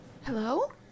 Hello